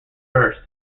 bursts